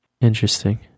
Interesting